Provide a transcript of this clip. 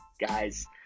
guys